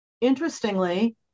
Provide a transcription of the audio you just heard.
interestingly